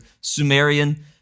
Sumerian